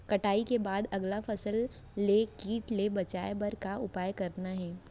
कटाई के बाद अगला फसल ले किट ले बचाए बर का उपाय करना हे?